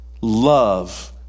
love